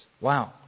Wow